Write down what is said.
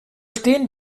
stehen